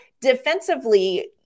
defensively